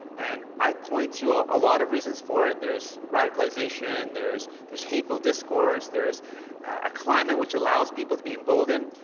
and i point to ah a lot of reasons for it. there's radicalization, there's there's hateful discourse, there's a climate which allows people to be emboldened.